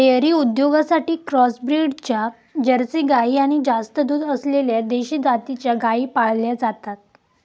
dairy उद्योगासाठी cross ब्रीडच्या jersey गाई आणि जास्त दूध असलेल्या देशी जातीच्या गायी पाळल्या जातात